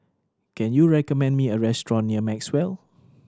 can you recommend me a restaurant near Maxwell